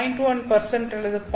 1 அல்லது 0